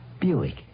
Buick